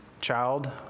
child